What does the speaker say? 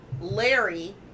Larry